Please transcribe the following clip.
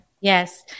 Yes